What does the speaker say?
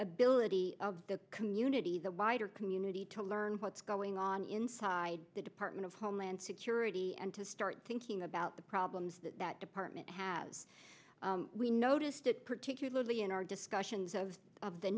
ability of the community the wider community to learn what's going on inside the department of homeland security and to start thinking about the problems that department has we noticed particularly in our discussions of